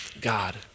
God